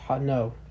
no